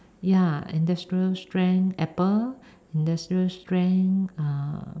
ya industrial strength apple industrial strength uh